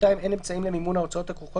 (2)אין אמצעים למימון ההוצאות הכרוכות